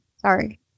Sorry